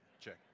check